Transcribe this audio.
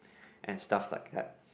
and stuff like that